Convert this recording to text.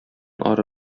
ары